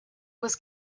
was